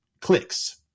clicks